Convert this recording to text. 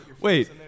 Wait